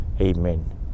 Amen